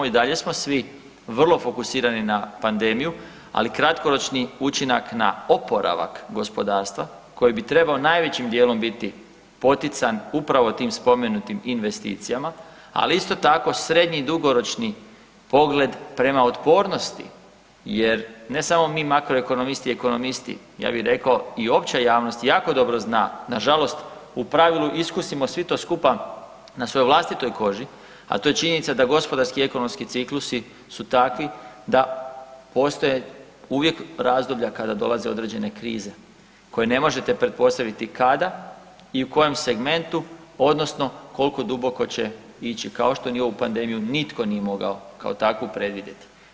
I dalje smo svi vrlo fokusirani na panedemiju, ali kratkoročni učinak na oporavak gospodarstva koji bi trebao najvećim dijelom biti potican upravo tim spomenutim investicijama, ali isto tako srednji dugoročni pogled prema otpornosti jer ne samo mi makroekonomisti i ekonomisti, ja bi rekao i opća javnost jako dobro zna nažalost, u pravilu iskusimo svi to skupa na svojoj vlastitoj koži, a to je činjenica da gospodarski i ekonomski ciklusi su takvi da p stoje uvijek razdoblja kada dolaze određene krize koje ne može pretpostaviti kada i u kojem segmentu odnosno koliko duboko će ići, kao što ni ovu pandemiju nitko nije mogao takvu predvidjeti.